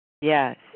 Yes